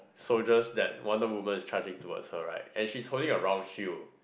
soldiers that Wonder-Woman is charging towards her right and she's holding a round shield